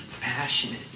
Passionate